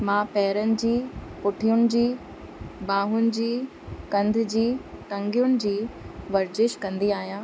मां पेरनि जी पुठियुनि जी ॿाहुनि जी कंध जी टंगियुन जी वर्जिश कंदी आहियां